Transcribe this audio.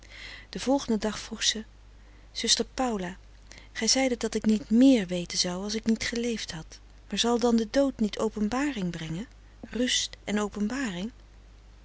den volgenden dag vroeg ze zuster paula gij zeidet dat ik niet méér weten zou als ik niet geleefd had maar zal dan de dood niet openbaring brengen rust en openbaring